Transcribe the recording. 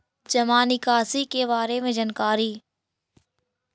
जामा निकासी के बारे में जानकारी?